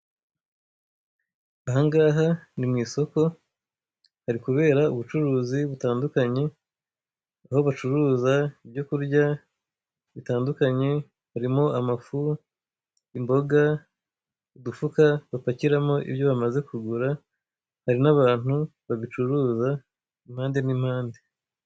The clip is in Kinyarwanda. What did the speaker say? Aha ngaha ni mu isoko hari kubera ubucuruzi butandukanye, aho bacuruza ibyo kurya bitandukanye harimo amafu, imboga, udufuka bapakiramo ibyo bamaze kugura, hari n'abantu babicuruza impande n'impande.